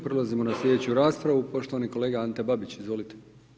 Prelazimo na slijedeću raspravu, poštivani kolega Ante Babić, izvolite.